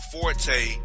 Forte